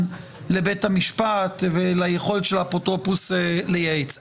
לבית המשפט וליכולת של האפוטרופוס לייעץ.